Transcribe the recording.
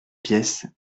pièce